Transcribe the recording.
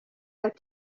out